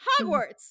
Hogwarts